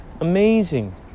amazing